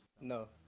No